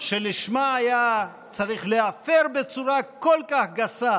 שלשמה היה צריך להפר בצורה כל כך גסה